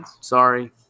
sorry